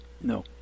No